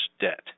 debt